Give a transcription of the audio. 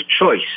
choice